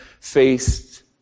faced